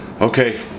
okay